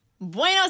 Buenos